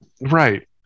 right